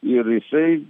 ir jisai